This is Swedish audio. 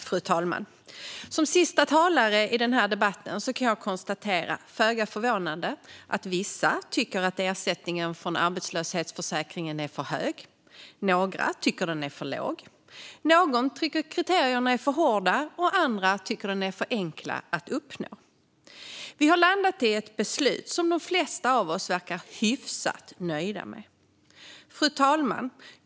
Fru talman! Som sista talare i denna debatt kan jag föga förvånande konstatera att vissa tycker att ersättningen från arbetslöshetsförsäkringen är för hög och att vissa tycker att den är för låg. Några tycker att kriterierna är för hårda, och några tycker att de är för enkla att uppnå. Vi har landat i ett beslut som de flesta av oss verkar hyfsat nöjda med. Fru talman!